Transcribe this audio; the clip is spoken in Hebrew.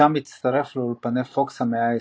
שם הצטרף לאולפני פוקס המאה ה-20.